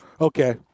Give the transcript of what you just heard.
Okay